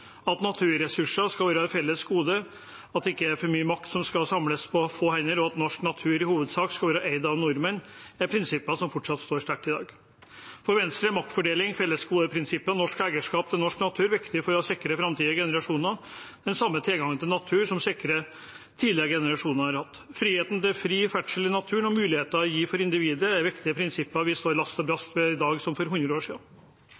At naturressurser skal være et felles gode, at ikke for mye makt skal samles på få hender, og at norsk natur i hovedsak skal være eid av nordmenn, er prinsipper som fortsatt står sterkt i dag. For Venstre er maktfordeling, fellesgodeprinsippet og norsk eierskap til norsk natur viktig for å sikre framtidige generasjoner den samme tilgangen til natur som tidligere generasjoner har hatt. Friheten til fri ferdsel i naturen og muligheter for individet er viktige prinsipper vi står last og brast ved, i dag som for 100 år